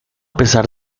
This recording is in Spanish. pesar